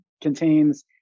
contains